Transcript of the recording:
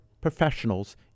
professionals